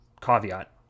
caveat